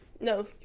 No